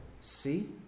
See